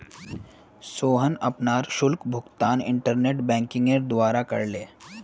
सोहन अपनार शुल्क भुगतान इंटरनेट बैंकिंगेर द्वारा करले